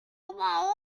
borrow